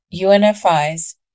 UNFI's